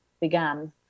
began